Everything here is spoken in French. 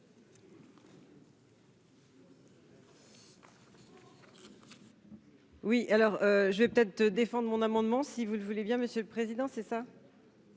Oui, alors je vais peut-être défendent mon amendement, si vous le voulez bien monsieur le président, c'est ça.